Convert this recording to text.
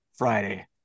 friday